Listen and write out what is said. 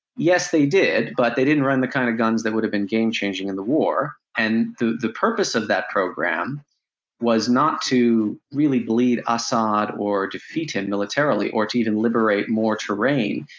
yes they did, but they didn't run the kind of guns that would have been game-changing in the war, and the the purpose of that program was not to really bleed assad or defeat him militarily or to even liberate more terrain.